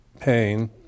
pain